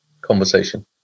conversation